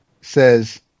says